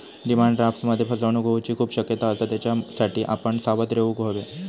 demand ड्राफ्टमध्ये फसवणूक होऊची खूप शक्यता असता, त्येच्यासाठी आपण सावध रेव्हूक हव्या